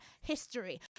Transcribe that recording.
history